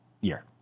year